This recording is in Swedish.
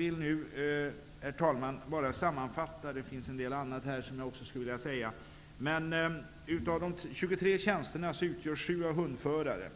I promemorian står vidare att av de 23 tjänsterna utgörs 7 av hundförare.